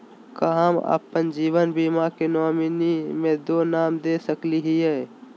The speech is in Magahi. का हम अप्पन जीवन बीमा के नॉमिनी में दो नाम दे सकली हई?